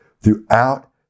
throughout